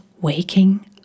Waking